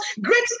great